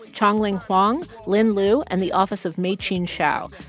but chang-ling huang, lynn lu and the office of machin shiao,